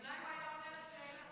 אולי הוא היה עונה על השאלה.